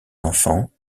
enfants